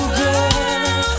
girl